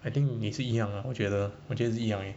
I think 你也是一样 ah 我觉得我觉得是一样 eh